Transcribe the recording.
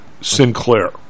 Sinclair